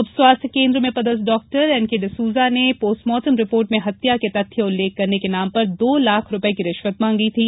उप स्वास्थ्य केंद्र में पदस्थ ा डॉक्टर एन के जसूजा ने पोस्टमार्टम रिपोर्ट में हत्या के तथ्य उल्लेख करने के नाम पर दो लाख रुपए की रिश्वत मांगी थी